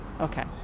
okay